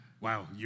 Wow